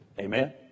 Amen